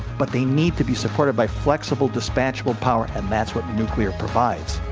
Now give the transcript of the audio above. but they need to be supported by flexible, dispatchable power, and that's what nuclear provides.